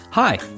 Hi